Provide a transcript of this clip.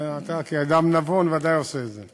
אתה כאדם נבון ודאי עושה את זה.